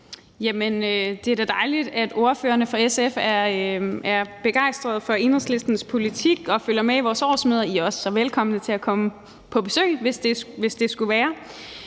det er da dejligt, at ordførerne for SF er begejstrede for Enhedslistens politik og følger med i vores årsmøder. I er også så velkomne til at komme på besøg, hvis det skulle være.